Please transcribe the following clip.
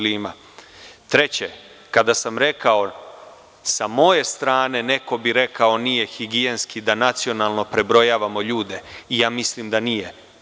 Treće, kada sam rekao, sa moje strane neko bi rekao, nije higijenski da nacionalno prebrojavamo ljude i ja mislim da nije.